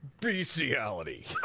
bestiality